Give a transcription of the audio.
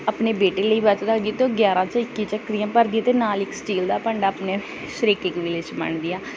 ਆਪਣੇ ਬੇਟੇ ਲਈ ਵਰਤ ਰੱਖਦੀ ਤਾਂ ਉਹ ਗਿਆਰਾਂ ਜਾਂ ਇੱਕੀ ਝੱਕਰੀਆਂ ਭਰਦੀ ਅਤੇ ਨਾਲ ਇੱਕ ਸਟੀਲ ਦਾ ਭਾਂਡਾ ਆਪਣੇ ਸ਼ਰੀਕੇ ਕਬੀਲੇ 'ਚ ਵੰਡਦੀ ਆ